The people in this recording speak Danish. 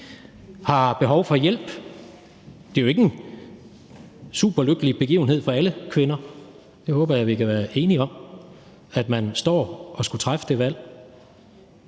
har behov for hjælp, for det er jo ikke en superlykkelig begivenhed for alle kvinder – det håber jeg vi kan være enige om – at skulle stå og træffe det valg,